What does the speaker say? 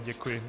Děkuji.